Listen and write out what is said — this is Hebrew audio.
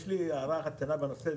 יש לי הערה קטנה בנושא.